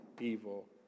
evil